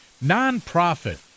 non-profit